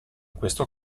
questo